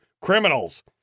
criminals